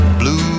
blue